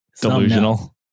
Delusional